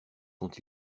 sont